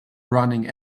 running